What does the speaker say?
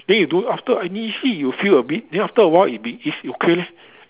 then you don't after inittially you'll feel a bit then after a while it bit is okay leh